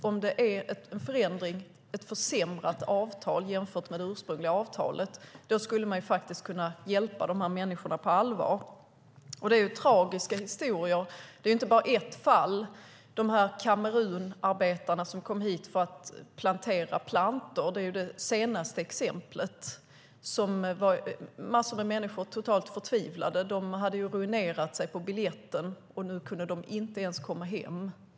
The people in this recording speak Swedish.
Om det däremot är ett försämrat avtal jämfört med det ursprungliga avtalet skulle man faktiskt kunna hjälpa de här människorna på allvar. Det är tragiska historier, och det är ju inte bara ett fall. Arbetarna från Kamerun som kom hit för att plantera plantor är det senaste exemplet. Det var massor av människor som var totalt förtvivlade. De hade ruinerat sig på biljetten och kunde sedan inte komma hem.